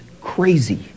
crazy